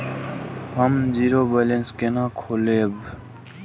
हम zero balance केना खोलैब?